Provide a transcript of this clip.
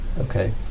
Okay